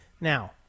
Now